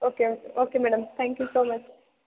okay okay okay madam thank you so much